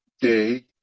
day